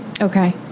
Okay